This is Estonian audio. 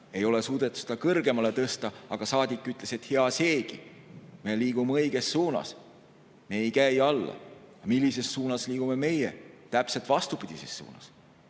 ei ole suudetud seda kõrgemale tõsta, aga saadik ütles, et hea seegi, me liigume õiges suunas, me ei käi alla. Millises suunas liigume meie? Täpselt vastupidises suunas.